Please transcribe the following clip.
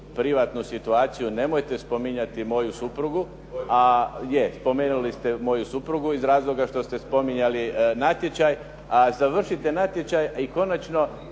privatnu situaciju. Nemojte spominjati moju suprugu. Je, spomenuli ste moju suprugu iz razloga što ste spominjali natječaj. A završite natječaj i konačno